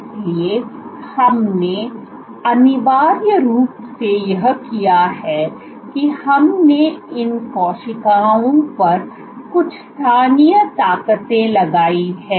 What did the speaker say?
इसलिए हमने अनिवार्य रूप से यह किया है कि हमने इन कोशिकाओं पर कुछ स्थानीय ताकतें लगाई हैं